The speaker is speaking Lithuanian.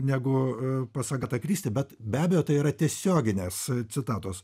negu pas agata kristi bet be abejo tai yra tiesioginės citatos